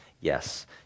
Yes